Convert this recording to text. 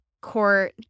court